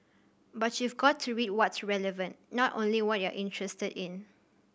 but you've got to read what's relevant not only what you're interested in